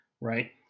right